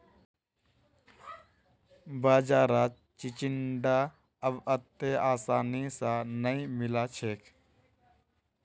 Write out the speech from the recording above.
बाजारत चिचिण्डा अब अत्ते आसानी स नइ मिल छेक